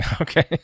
Okay